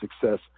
success